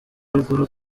ruguru